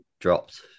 dropped